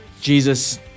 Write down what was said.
Jesus